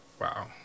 Wow